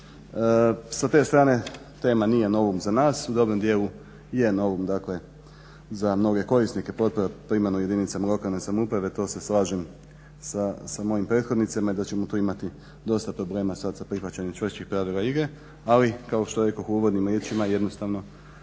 Sa te strane tema nije novum za nas. U dobrom dijelu je novum, dakle za mnoge korisnike potpora primarno jedinicama lokalne samouprave to se slažem sa mojim prethodnicima da ćemo tu imati dosta problema sad sa prihvaćanjem čvršćim pravila igre. Ali kao što rekoh u uvodnim riječima jednostavno